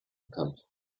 bekannt